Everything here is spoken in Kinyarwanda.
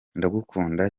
ndagukunda